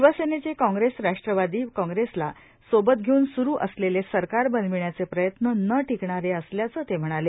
शिवसेनेचे काँग्रेस राष्ट्रवादी काँग्रेसला सोबत घेवून स्रू असलेले सरकार बनविण्याचे प्रयत्न न टिकणारे असल्याचं ते म्हणाले